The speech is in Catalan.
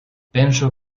penso